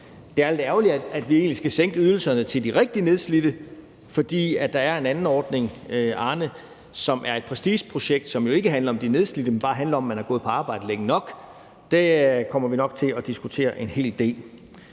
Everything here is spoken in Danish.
det er lidt ærgerligt, at vi skal sænke ydelserne til de rigtig nedslidte, fordi der er en anden ordning, Arnepensionen, som jo er et prestigeprojekt, der ikke handler om de nedslidte, men bare handler om, at man har gået på arbejde længe nok. Det kommer vi nok til at diskutere en hel del.